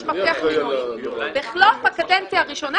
יש מפתח --- בחלוף הקדנציה הראשונה,